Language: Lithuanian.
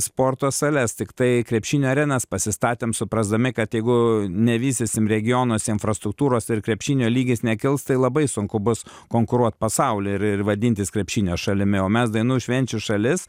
sporto sales tiktai krepšinio arenas pasistatėm suprasdami kad jeigu nevystysim regionuose infrastruktūros ir krepšinio lygis nekils tai labai sunku bus konkuruot pasauly ir ir vadintis krepšinio šalimi o mes dainų švenčių šalis